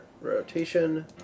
rotation